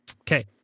Okay